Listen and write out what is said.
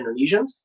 Indonesians